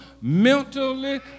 mentally